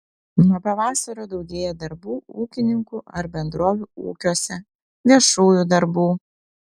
nuo pavasario daugėja darbų ūkininkų ar bendrovių ūkiuose viešųjų darbų